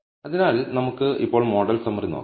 അതിനാൽ നമുക്ക് ഇപ്പോൾ മോഡൽ സമ്മറി നോക്കാം